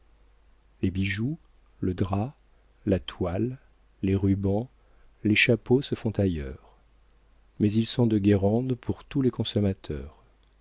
les bijoux le drap la toile les rubans les chapeaux se font ailleurs mais ils sont de guérande pour tous les consommateurs